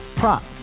prop